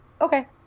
Okay